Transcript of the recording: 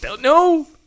No